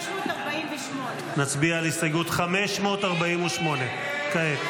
548. נצביע על הסתייגות 548 כעת.